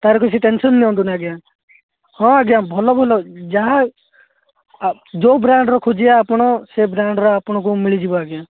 ତାର କିଛି ଟେନସନ ନିଅନ୍ତୁନି ଆଜ୍ଞା ହଁ ଆଜ୍ଞା ଭଲ ଭଲ ଯାହା ଆ ଯେଉଁ ବ୍ରାଣ୍ଡର ଖୋଜିବେ ଆପଣ ସେଇ ବ୍ରାଣ୍ଡର ଆପଣଙ୍କୁ ମିଳିଯିବ ଆଜ୍ଞା